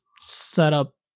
setup